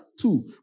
Two